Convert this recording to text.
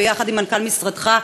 ביחד עם מנכ"ל משרדך,